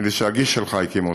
נדמה לי שהגיס שלך הקים אותה,